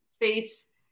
face